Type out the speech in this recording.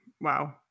Wow